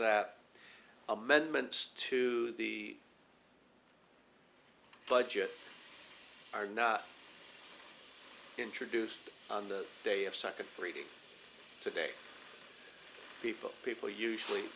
that amendments to the budget are now introduced on the day of such a three day today people people usually